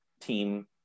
team